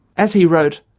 as he wrote,